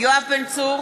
יואב בן צור,